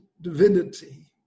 divinity